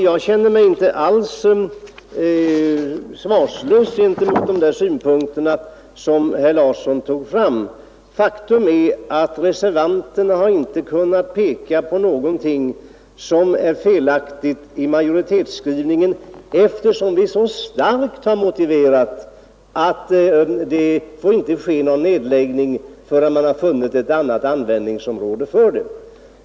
Jag känner mig inte alls svarslös gentemot de synpunkter som herr Larsson förde fram. Faktum är att reservanterna inte har kunnat peka på någonting felaktigt i majoritetens skrivning eftersom vi så starkt har understrukit att någon nedläggning av Morängens yrkesskola inte får ske förrän beslut fattats om den framtida användningen av skolan.